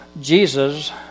Jesus